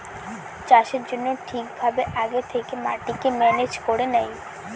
চাষের জন্য ঠিক ভাবে আগে থেকে মাটিকে ম্যানেজ করে নেয়